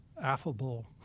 affable